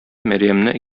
мәрьямне